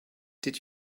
did